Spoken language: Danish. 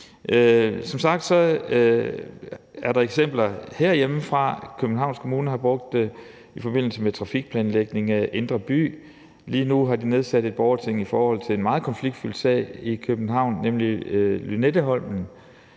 Som sagt er der eksempler herhjemmefra: Københavns Kommune har brugt det i forbindelse med trafikplanlægningen af indre by, og lige nu har de nedsat et borgerting i forhold til en meget konfliktfyldt sag i København, nemlig Lynetteholmen;